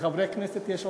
לחברי כנסת יש עוזרים,